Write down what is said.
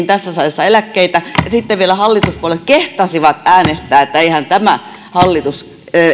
tässä salissa eläkkeitä ja sitten vielä hallituspuolueet kehtasivat äänestää että eihän tämä hallitus